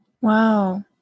wow